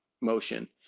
motion